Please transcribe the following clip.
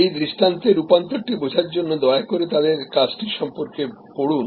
এই দৃষ্টান্তের রূপান্তরটি বোঝার জন্য দয়া করে তাদের কাজটি সম্পর্কে পড়ুন